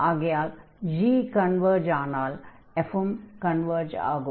ஆகையால் g converge ஆனால் f converge ஆகும்